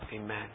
amen